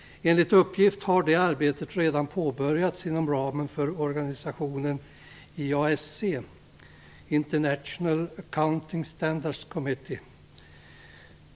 Enligt uppgift har det arbetet redan påbörjats inom ramen för organisationen IASC, International Accounting Standards Committe.